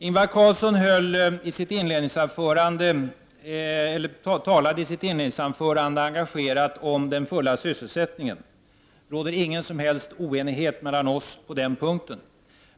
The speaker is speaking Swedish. Ingvar Carlsson talade i sitt inledningsanförande engagerat om den fulla sysselsättningen. Det råder ingen som helst oenighet mellan oss på den punkten.